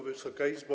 Wysoka Izbo!